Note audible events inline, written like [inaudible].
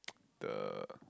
[noise] the